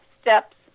Steps